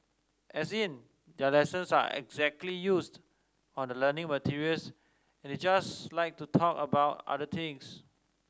as in their lessons aren't exactly used on the learning materials and they just like to talk about other things